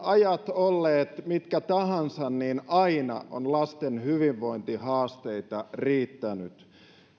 ajat olleet mitkä tahansa aina on lasten hyvinvointihaasteita riittänyt